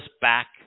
back